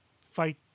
fight